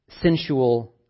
sensual